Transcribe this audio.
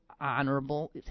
honorable